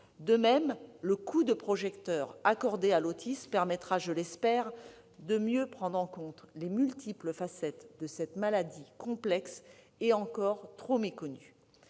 De même, le coup de projecteur accordé à l'autisme permettra, je l'espère, de mieux prendre en compte les multiples facettes de cette maladie complexe et encore trop méconnue.